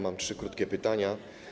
Mam trzy krótkie pytania.